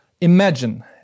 Imagine